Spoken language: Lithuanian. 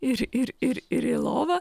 ir ir ir ir į lovą